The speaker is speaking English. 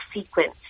sequence